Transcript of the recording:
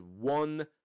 one